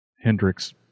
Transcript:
Hendrix